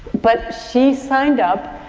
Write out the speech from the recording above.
but she signed up